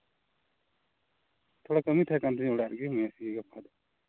ᱛᱷᱚᱲᱟ ᱠᱟᱹᱢᱤ ᱛᱟᱦᱮᱸ ᱠᱟᱱ ᱛᱤᱧᱟᱹ ᱚᱲᱟᱜ ᱨᱮᱜᱮ ᱤᱱᱟᱹᱛᱮᱜᱮ ᱜᱟᱯᱟ ᱫᱚ